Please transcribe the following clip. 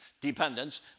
Dependence